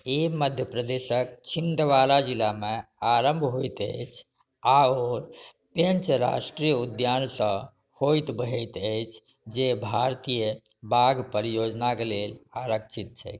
ई मध्य प्रदेशक छिन्दवाड़ा जिलामे आरम्भ होइत अछि आओर पेञ्च राष्ट्रीय उद्यानसँ होइत बहैत अछि जे भारतीय बाघ परियोजनाके लेल आरक्षित छै